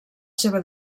seva